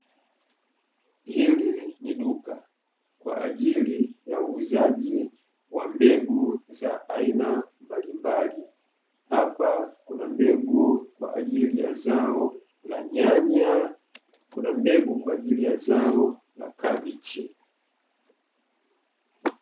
Hili ni duka kwa ajili ya uuzaji wa mbegu za aina mbalimbali, hapa kuna mbegu kwa ajili ya zao la nyanya, kuna mbegu kwa ajili ya zao la kabichi.